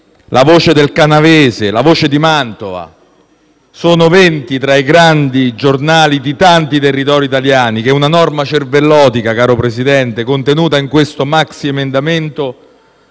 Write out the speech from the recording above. «La Voce del Canavese», «La Voce di Mantova» sono venti tra i grandi giornali di tanti territori italiani che, per una norma cervellotica, caro Presidente, contenuta in questo maxiemendamento,